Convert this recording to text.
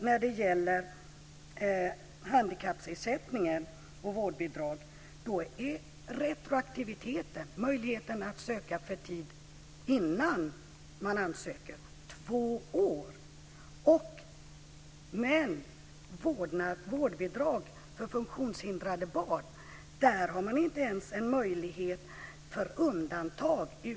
När det gäller handikappersättningen och vårdbidrag är retroaktiviteten, möjligheten att söka för tid innan man ansöker, två år. Men när det gäller vårdbidrag för funktionshindrade barn finns det inte ens en möjlighet till undantag.